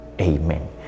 Amen